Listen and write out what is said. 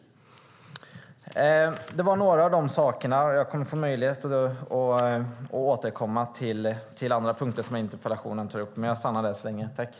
Jag återkommer i nästa inlägg till de andra punkterna som jag tar upp i interpellationen.